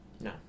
No